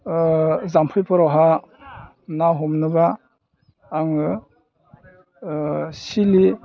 जाम्फैफोरावहाय ना हमनोबा आङो सिलि